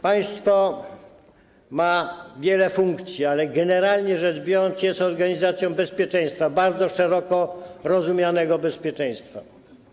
Państwo ma wiele funkcji, ale generalnie rzecz biorąc, jest organizacją bezpieczeństwa, bardzo szeroko rozumianego bezpieczeństwa.